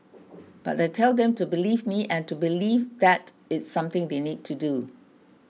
but I tell them to believe me and to believe that it's something they need to do